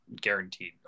guaranteed